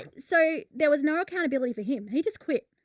so there was no accountability for him. he just quit.